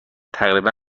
تقریبا